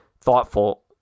thoughtful